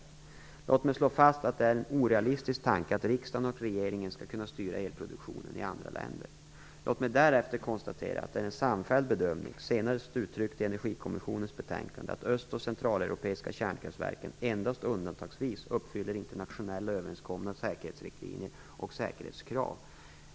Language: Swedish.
Låt mig inledningsvis slå fast att det är en orealistisk tanke att riksdagen och regeringen skall kunna styra elproduktionen i andra länder. Låt mig därefter konstatera att det är en samfälld bedömning - senast uttryckt i Energikommissionens betänkande - att de öst och centraleuropeiska kärnkraftverken endast undantagsvis uppfyller internationellt överenskomna säkerhetsriktlinjer och säkerhetskrav.